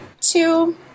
two